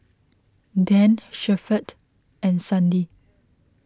Dan Shepherd and Sandi